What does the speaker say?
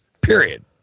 period